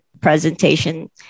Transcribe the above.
presentation